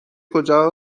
کجا